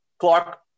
Clark